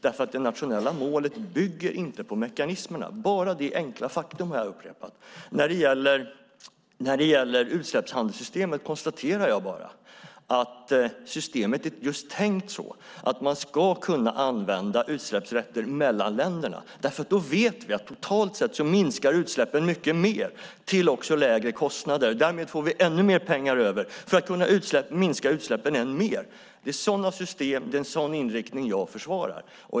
Det nationella målet bygger inte på mekanismerna. Jag har upprepat detta enkla faktum. När det gäller utsläppshandelssystemet konstaterar jag bara att systemet är just tänkt så att man ska kunna använda utsläppsrätter mellan länderna. Vi vet att totalt sett minskar då utsläppen mycket mer och dessutom till lägre kostnader. Därmed får vi ännu mer pengar över för att kunna minska utsläppen ännu mer. Det är sådana system och en sådan inriktning jag försvarar.